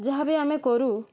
ଯାହାବି ଆମେ କରୁ